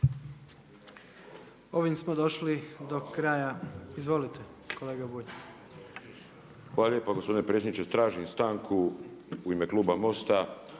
Ovim smo došli do kraja. Izvolite kolega Bulj. **Bulj, Miro (MOST)** Hvala lijepo gospodine predsjedniče, tražim stanku u ime Kluba Mosta,